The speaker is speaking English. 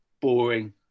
boring